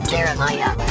Jeremiah